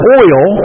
oil